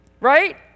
Right